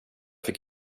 fick